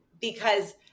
because-